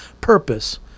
purpose